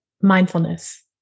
mindfulness